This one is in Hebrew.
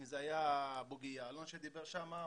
אם זה היה בוגי יעלון שדיבר שם,